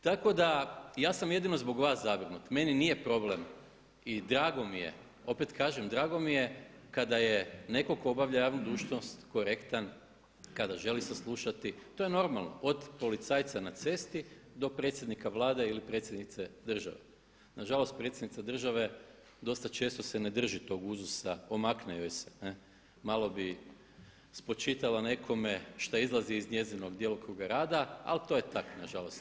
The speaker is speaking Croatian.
Tako da, ja sam jedino zbog vas zabrinut, meni nije problem i drago mi je, opet kažem drago mi je kada je netko tko obavlja javnu dužnost korektan, kada želi saslušati, to je normalno, od policajca na cesti do predsjednika Vlade ili predsjednice države, nažalost predsjednica države dosta često se ne drži tog uzusa, omakne joj se malo bi spočitala nekome šta izlazi iz njezinog djelokruga rada ali to je tako nažalost.